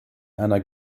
einer